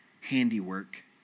handiwork